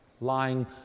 lying